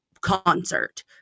concert